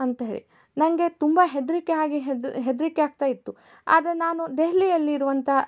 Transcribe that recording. ಅಂತೇಳಿ ನನಗೆ ತುಂಬ ಹೆದರಿಕೆ ಆಗಿ ಹೆದ್ ಹೆದರಿಕೆ ಆಗ್ತಾ ಇತ್ತು ಆದರೆ ನಾನು ದೆಹಲಿಯಲ್ಲಿ ಇರುವಂಥ